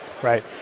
Right